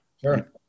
Sure